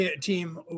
team